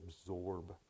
absorb